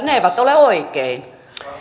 ne eivät ole oikein